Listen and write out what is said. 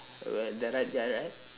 the right guy right